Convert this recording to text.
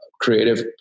creative